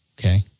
Okay